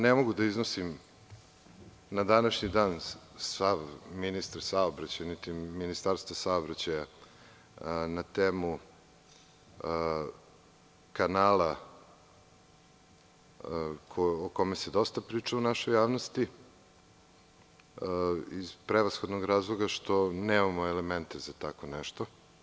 Ne mogu da iznosim na današnji dan stav ministra saobraćaja, niti Ministarstva saobraćaja na temu kanala o kome se dosta priča u našoj javnosti, iz prevashodnog razloga što nemamo elemente za tako nešto.